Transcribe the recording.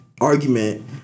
argument